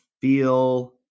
feel